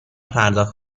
پرداخت